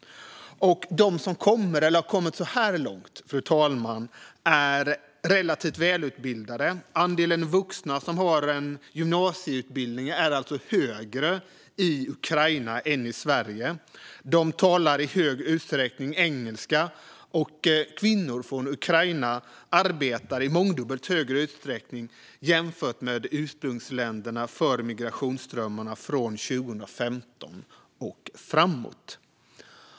De som hittills har kommit, fru talman, är relativt välutbildade. Andelen vuxna som har en gymnasieutbildning är högre i Ukraina än i Sverige. De talar i hög utsträckning engelska. Och kvinnor från Ukraina arbetar i mångdubbelt högre utsträckning jämfört med hur det var i ursprungsländerna för migrationsströmmarna från 2015 och framåt.